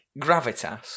gravitas